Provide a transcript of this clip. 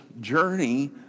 journey